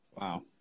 Wow